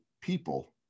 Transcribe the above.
people